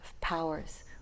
powers